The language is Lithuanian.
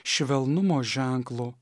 švelnumo ženklu